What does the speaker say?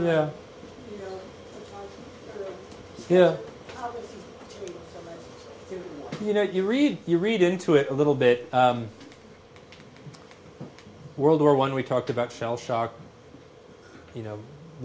yeah yeah you know you read you read into it a little bit world war one we talked about shell shock you know a